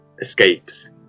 escapes